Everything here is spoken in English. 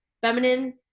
feminine